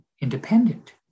independent